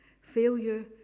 failure